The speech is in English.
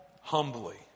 humbly